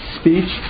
speech